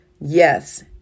Yes